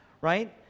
right